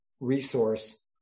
resource